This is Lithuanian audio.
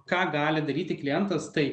ką gali daryti klientas tai